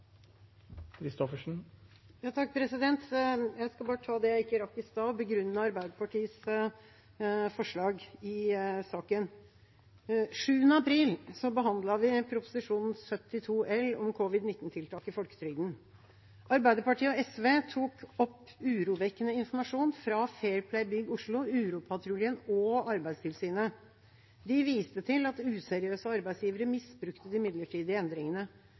Jeg skal bare ta det jeg ikke rakk i stad, og begrunne Arbeiderpartiets forslag i saken. Den 7. april behandlet vi Prop. 72 L for 2019–2020, om covid-19-tiltak i folketrygden. Arbeiderpartiet og SV tok opp urovekkende informasjon fra Fair Play Bygg Oslo, Uropatruljen og Arbeidstilsynet. De viste til at useriøse arbeidsgivere misbrukte